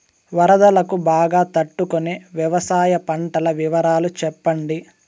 వరదలకు బాగా తట్టు కొనే వ్యవసాయ పంటల వివరాలు చెప్పండి?